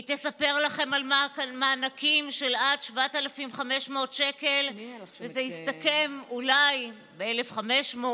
היא תספר לכם על מענקים של עד 7,500 שקלים וזה יסתכם אולי ב-1,500,